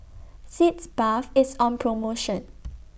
Sitz Bath IS on promotion